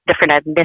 different